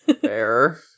Fair